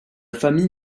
famille